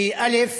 כי א.